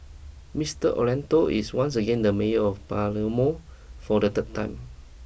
Mister Orlando is once again the mayor of Palermo for the third time